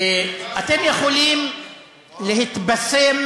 אתם יכולים להתבשם